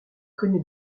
connait